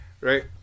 Right